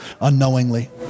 unknowingly